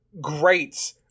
great